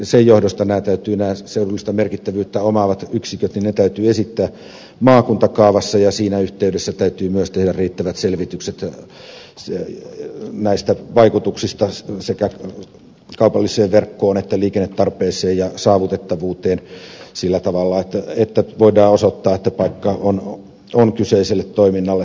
sen johdosta nämä seudullista merkittävyyttä omaavat yksiköt täytyy esittää maakuntakaavassa ja siinä yhteydessä täytyy myös tehdä riittävät selvitykset vaikutuksista sekä kaupalliseen verkkoon että liikennetarpeeseen ja saavutettavuuteen sillä tavalla että voidaan osoittaa että paikka on kyseiselle toiminnalle sopiva